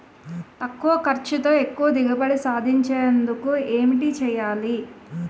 తక్కువ ఖర్చుతో ఎక్కువ దిగుబడి సాధించేందుకు ఏంటి చేయాలి?